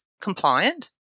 compliant